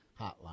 Hotline